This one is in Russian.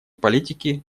политики